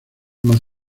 más